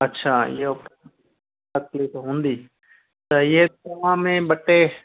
अच्छा इहो तक़लीफ़ु हूंदी त इहे तव्हां में ॿ टे